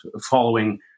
following